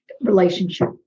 relationship